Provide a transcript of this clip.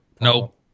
Nope